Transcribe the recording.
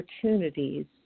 opportunities